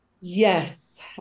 Yes